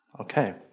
Okay